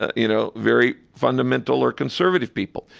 you know very fundamental or conservative people.